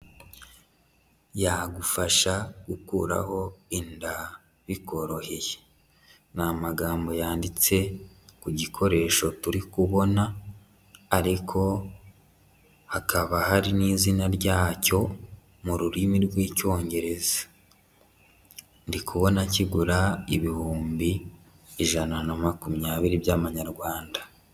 Yagufasha gukuraho inda bikoroheye. Ni amagambo yanditse ku gikoresho turi kubona ariko hakaba hari n'izina ryacyo mu rurimi rw'icyongereza. Ndikubona kigura ibihumbi ijana na makumyabiri by'amanyarwanda.